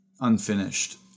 unfinished